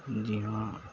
جی ہاں